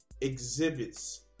exhibits